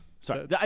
Sorry